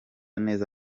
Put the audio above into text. neza